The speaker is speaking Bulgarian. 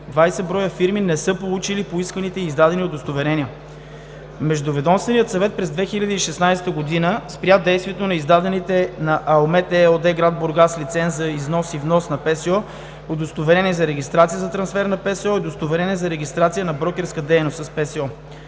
20 броя фирми не са получили поисканите и издадени удостоверения. Междуведомственият съвет, през 2016 г.: - спря действието на издадените на „Алмед“ ЕООД, гр. Бургас лиценз за износ и внос на ПСО, удостоверение за регистрация за трансфер на ПСО и удостоверение за регистрация за брокерска дейност с ПСО;